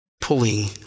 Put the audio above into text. pulling